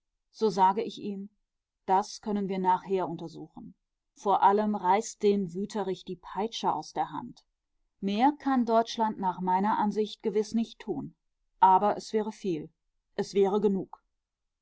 so sage ich ihm das können wir nachher untersuchen vor allem reißt dem wüterich die peitsche aus der hand mehr kann deutschland nach meiner ansicht gewiß nicht tun aber es wäre viel es wäre genug